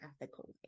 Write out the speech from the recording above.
ethical